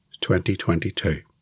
2022